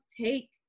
take